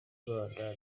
abana